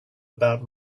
about